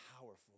powerful